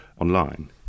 online